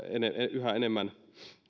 yhä enemmän